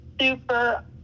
super